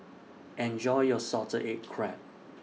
Enjoy your Salted Egg Crab